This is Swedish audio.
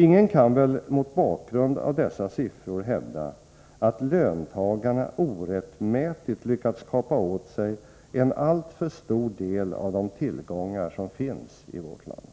Ingen kan väl mot bakgrund av dessa siffror hävda att löntagarna orättmätigt lyckats kapa åt sig en alltför stor del av de tillgångar som finns i vårt land.